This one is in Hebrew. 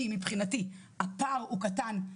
כי מבחינתי הפער הוא קטן,